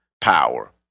power